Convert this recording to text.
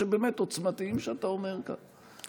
באמת עוצמתיים שאתה אומר כאן.